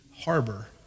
harbor